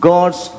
God's